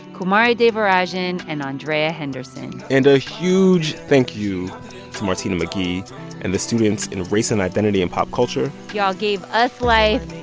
kumari devarajan and andrea henderson and a huge thank you to martina mcghee and the students in race and identity in pop culture y'all gave us life.